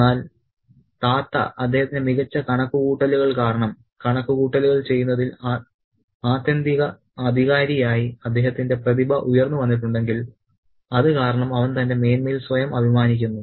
എന്നാൽ താത്ത അദ്ദേഹത്തിന്റെ മികച്ച കണക്കുകൂട്ടലുകൾ കാരണം കണക്കുകൂട്ടലുകൾ ചെയ്യുന്നതിൽ ആത്യന്തിക അധികാരിയായി അദ്ദേഹത്തിന്റെ പ്രതിഭ ഉയർന്നുവന്നിട്ടുണ്ടെങ്കിൽ അത് കാരണം അവൻ തന്റെ മേന്മയിൽ സ്വയം അഭിമാനിക്കുന്നു